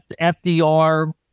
FDR